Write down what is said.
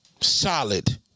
solid